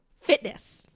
fitness